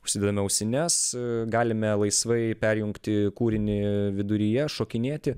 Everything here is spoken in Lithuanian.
užsidame ausines galime laisvai perjungti kūrinį viduryje šokinėti